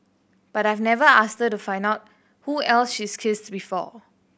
but I've never asked her to find out who else she's kissed before